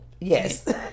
Yes